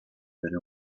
per